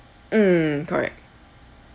mm correct